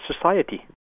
society